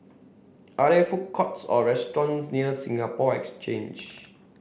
are there food courts or restaurants near Singapore Exchange